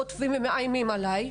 רודפים ומאיימים עלי,